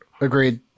Agreed